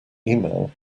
email